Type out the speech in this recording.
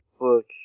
look